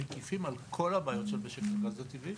מקיפים על כל הבעיות שבמשק הגז הטבעי.